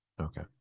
Okay